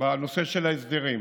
בנושא של ההסדרים.